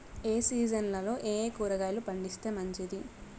ఏ సీజన్లలో ఏయే కూరగాయలు పండిస్తే మంచిది